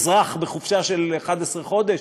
אזרח בחופשה של 11 חודש,